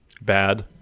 bad